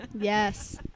yes